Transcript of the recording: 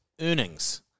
earnings